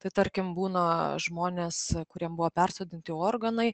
tai tarkim būna žmonės kuriem buvo persodinti organai